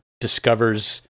discovers-